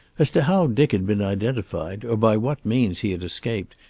as to how dick had been identified, or by what means he had escaped,